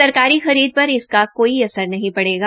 सरकारी खरीद पर इसका भी कोई असर नहीं पड़ेगा